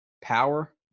Power